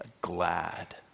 glad